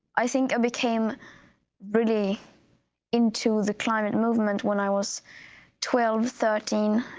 i think i became really into the climate movement when i was twelve, thirteen,